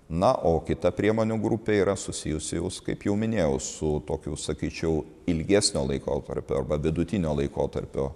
na o kita priemonių grupė yra susijusi jau kaip jau minėjau su tokiu sakyčiau ilgesnio laikotarpio arba vidutinio laikotarpio